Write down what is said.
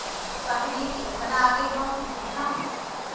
तकनीकी एतना आगे हौ कि पूछा मत